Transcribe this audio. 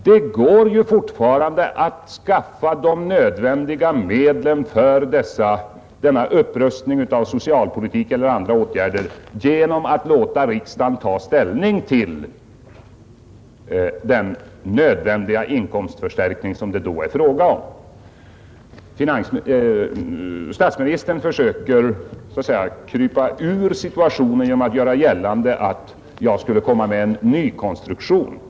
Det går ju fortfarande att skaffa de nödvändiga medlen för en upprustning av socialpolitiken eller för andra åtgärder genom att låta riksdagen ta ställning till den nödvändiga inkomstförstärkning som det då blir fråga om. Statsministern försöker så att säga krypa ur situationen genom att göra gällande att jag skulle komma med en nykonstruktion.